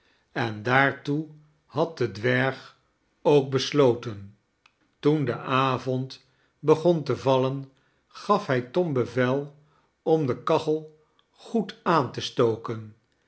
en daartoe had de dwerg ook besloten toen de avond begon te vallen gaf hij tom bevel om de kachel goed aan te stoken